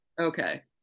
Okay